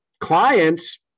clients